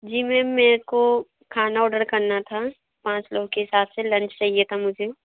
जी ma'am मेरको खाना order करना था पाँच लोगों के हिसाब से लंच चाहिए था मुझे